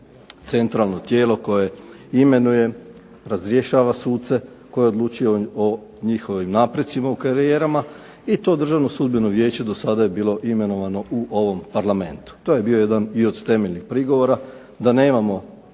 centralno tijelo koje imenuje, razrješava suce, koje odlučuje o njihovim napretcima u karijerama i to Državno sudbeno vijeće do sada je bilo imenovano u ovom Parlamentu. To je bio jedan i od temeljnih prigovora da nemamo